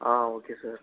ah okay sir